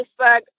Facebook